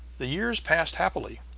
the years passed happily,